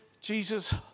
Jesus